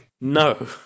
No